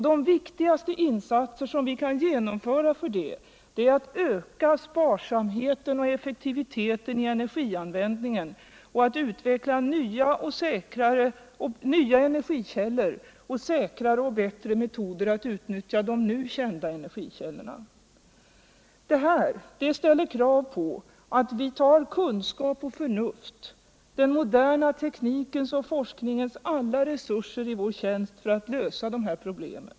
De viktigaste insatser som kan genomföras härför är att öka sparsamheten och effektiviteten i cnergianvändningen samt att utveckla nya energikällor och säkrare och bättre metoder att utnyttja nu kända energikällor. Detta ställer krav på att vi tar kunskap och förnuft samt den moderna teknikens och forskningens alla resurser i vår tjänst för att lösa dessa problem.